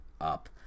up